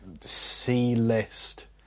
C-list